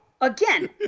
Again